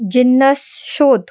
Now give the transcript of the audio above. जिन्नस शोध